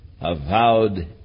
avowed